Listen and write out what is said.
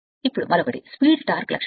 ఇప్పుడు మరొకటి speed torque లక్షణం